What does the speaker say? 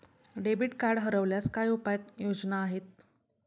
Debit card हरवल्यास काय उपाय योजना आहेत?